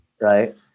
Right